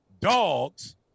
dogs